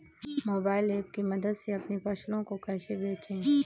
Mobile app की मदद से अपनी फसलों को कैसे बेचें?